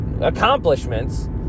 accomplishments